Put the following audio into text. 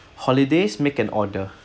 holidays make an order